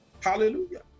Hallelujah